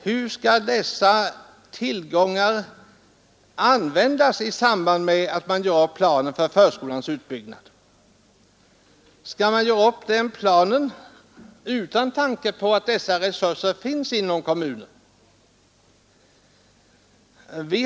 Hur skall dessa tillgångar användas i samband med att kommunen gör upp planen på förskolans utbyggnad? Skall kommunen göra upp planen utan tanke på att dessa resurser finns inom kommunen?